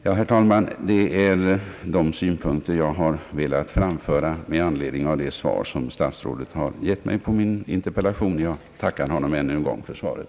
Ja, herr talman, det är dessa synpunkter jag velat framföra med anledning av statsrådets svar på min interpellation. Jag tackar honom ännu en gång för svaret.